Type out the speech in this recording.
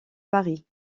paris